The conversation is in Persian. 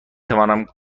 توانم